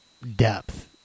depth